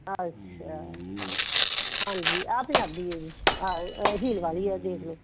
ਅੱਛਾ ਹਾਂਜੀ ਆ ਪੰਜਾਬੀ ਹੈ ਜੀ ਆਹ ਹੀਲ ਵਾਲੀ ਹੈ ਦੇਖ ਲਓ